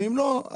ואם לא,